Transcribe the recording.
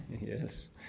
Yes